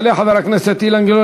יעלה חבר הכנסת אילן גילאון